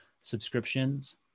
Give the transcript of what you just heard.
subscriptions